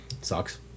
sucks